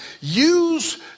use